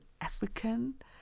African